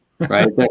right